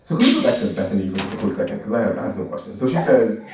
so can we go back to bethany for just a quick second? cause i have have some questions. so she says,